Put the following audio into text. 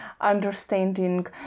understanding